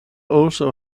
also